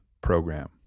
program